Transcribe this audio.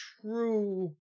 true